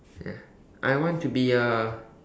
ya I want to be a